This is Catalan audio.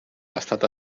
l’estat